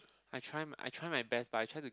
I try I try my best but I try to